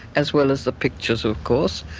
as well as the pictures of course,